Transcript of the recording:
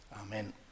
Amen